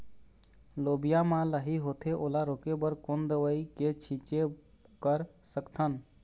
लोबिया मा लाही होथे ओला रोके बर कोन दवई के छीचें कर सकथन?